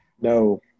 No